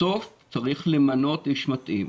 בסוף צריך למנות איש מתאים.